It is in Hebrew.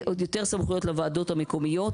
סמכויות לוועדות המקומיות.